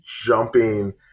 jumping